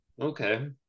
okay